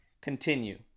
continue